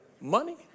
money